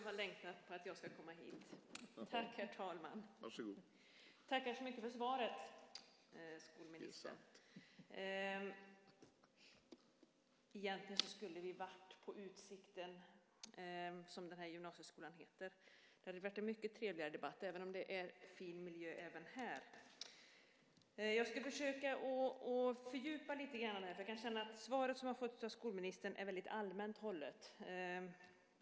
Herr talman! Tack så mycket för svaret, skolministern. Egentligen skulle vi ha varit på Utsikten, som den här gymnasieskolan heter. Det hade varit en mycket trevligare debatt, även om det är fin miljö även här. Jag ska försöka att fördjupa ämnet lite grann, för jag kan känna att svaret som jag har fått från skolministern är väldigt allmänt hållet.